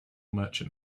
merchant